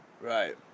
Right